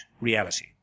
reality